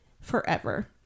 forever